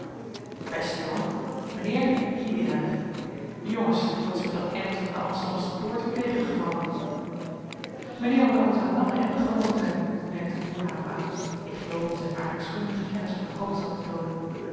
best jongen mijnheer je dienaar jongens wat is me dat end van de amsterdamsche poort weer tegengevallen mijnheer moet anders aan lange enden gewoon zijn merkte boerhave aan ik geloof om zijn aardrijkskundige kennis van de hoofdstad te toonen